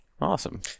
Awesome